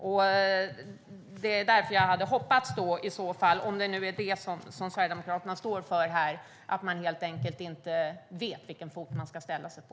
Om det är vad Sverigedemokraterna står för här verkar det som att man helt enkelt inte vet vilken fot man ska ställa sig på.